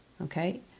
okay